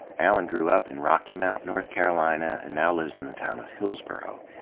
allan grew up in rocky mount, north carolina and now lives in the town of hillsborough.